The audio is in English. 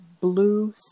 blue